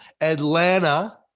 atlanta